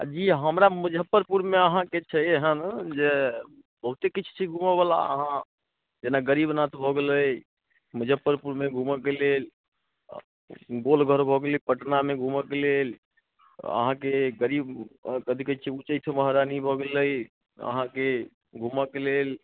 जी हमरा मुजफ्फरपुरमे अहाँकेँ छै जे बहुते किछु छै घूमऽ बला अहाँ जेना गरीबनाथ भऽ गेलै मुजफ्फरपुरमे घूमऽके लेल गोलघर भऽ गेलै पटनामे घूमऽके लेल अहाँकेँ गरीब कथी कहैत छै उच्चैठ महारानी भऽ गेलै अहाँकेँ घूमऽके लेल